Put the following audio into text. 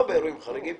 לא על אירועים חריגים.